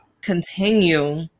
continue